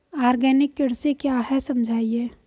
Organic कृषि क्या है समझाइए?